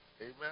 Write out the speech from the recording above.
Amen